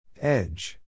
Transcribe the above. Edge